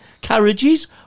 carriages